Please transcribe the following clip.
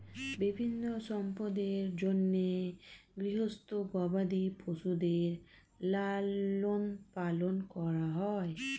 বিভিন্ন সম্পদের জন্যে গৃহস্থ গবাদি পশুদের লালন পালন করা হয়